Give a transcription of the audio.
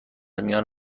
میان